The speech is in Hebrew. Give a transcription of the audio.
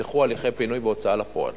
נפתחו הליכי פינוי בהוצאה לפועל.